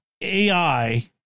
AI